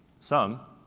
some,